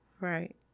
Right